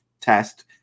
test